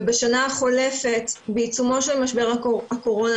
ובשנה החולפת בעיצומו של משבר הקורונה,